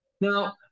Now